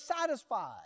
satisfied